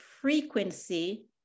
frequency